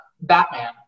Batman